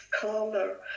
color